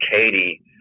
Katie